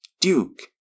Duke